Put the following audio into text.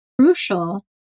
crucial